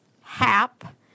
hap